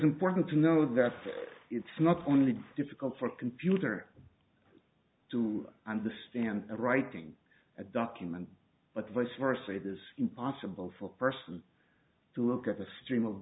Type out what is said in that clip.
important to know that it's not only difficult for a computer to understand writing a document but vice versa it is impossible for a person to look at the stream of